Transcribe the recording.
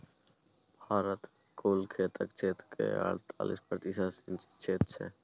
भारत मे कुल खेतक क्षेत्र केर अड़तालीस प्रतिशत सिंचित क्षेत्र छै